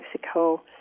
Mexico